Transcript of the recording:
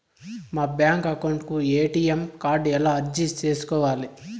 మా bank account కు ATM card ఎలా అర్జీ సేసుకోవాలి?